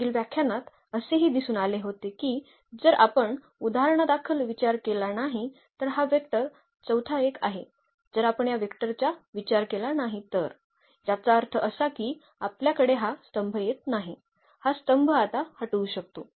मागील व्याख्यानात असेही दिसून आले होते की जर आपण उदाहरणादाखल विचार केला नाही तर हा वेक्टर चौथा एक आहे जर आपण या वेक्टरचा विचार केला नाही तर याचा अर्थ असा की आपल्याकडे हा स्तंभ येथे नाही हा स्तंभ आता हटवू शकतो